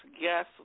Guess